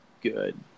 good